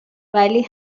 ولی